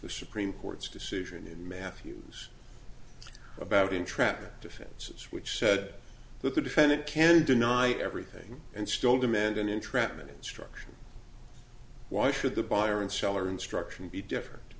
the supreme court's decision in matthews about entrapment defenses which said that the defendant can deny everything and still demand an entrapment instruction why should the buyer and seller instruction be different